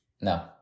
No